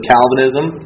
Calvinism